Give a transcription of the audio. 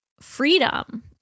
freedom